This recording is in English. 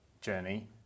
journey